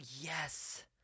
yes